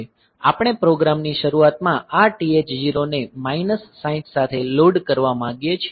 આપણે પ્રોગ્રામ ની શરૂઆતમાં આ TH0 ને માઈનસ 60 સાથે લોડ કરવા માંગીએ છીએ